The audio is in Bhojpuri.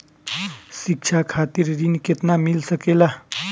शिक्षा खातिर ऋण केतना मिल सकेला?